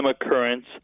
occurrence